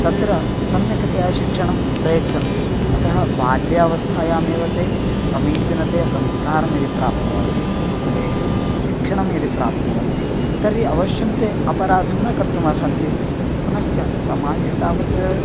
तत्र सम्यक्तया शिक्षणं प्रयच्छन्ति अतः बाल्यावस्थायामेव ते समीचिनतया संस्कारं यदि प्राप्नुवन्ति गुरुकुलेषु शिक्षणं यदि प्राप्नुवन्ति तर्हि अवश्यं ते अपराधं न कर्तुमर्हन्ति पुनश्च समाजे तावत्